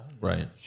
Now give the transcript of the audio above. Right